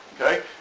okay